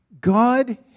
God